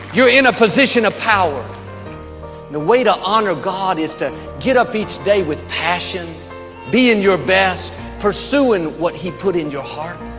you're in a position of power the way to honor god is to get up each day with passion being your best pursuing what he put in your heart